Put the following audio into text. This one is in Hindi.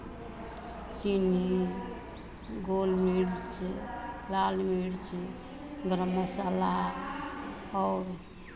चीनी गोल मिर्ची लाल मिर्ची गरम मसाला और